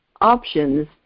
options